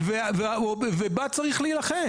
ובה צריך להילחם.